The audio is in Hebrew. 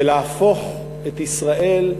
ולהפוך את ישראל,